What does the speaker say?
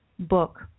Book